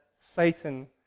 Satan